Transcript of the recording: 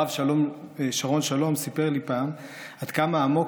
הרב שרון שלום סיפר לי פעם עד כמה עמוק